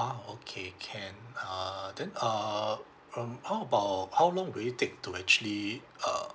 ah okay can uh then uh um how about how how long will it take to actually ugh